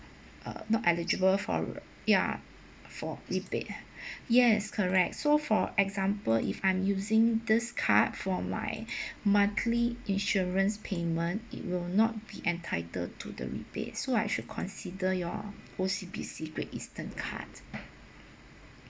uh not eligible for ya for rebate yes correct so for example if I'm using this card for my monthly insurance payment it will not be entitled to the rebate so I should consider your O_C_B_C Great Eastern card